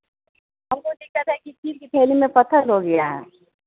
अब वह दिक्कत है कि स्वेलींग में पत्थर हो गिया